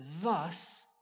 Thus